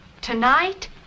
Tonight